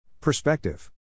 Perspective